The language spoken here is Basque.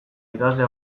ikasle